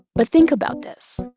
but think about this.